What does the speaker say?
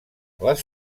les